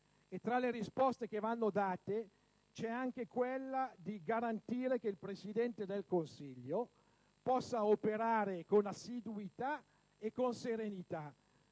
E tra le risposte che vanno date c'è anche quella di garantire che il Presidente del Consiglio possa operare con assiduità e serenità,